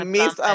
Miss